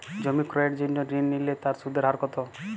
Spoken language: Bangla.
জমি ক্রয়ের জন্য ঋণ নিলে তার সুদের হার কতো?